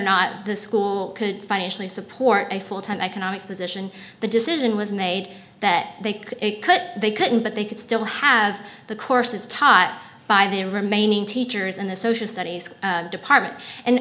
not the school could financially support a full time economics position the decision was made that they could cut they couldn't but they could still have the courses taught by the remaining teachers in the social studies department and